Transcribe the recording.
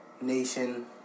nation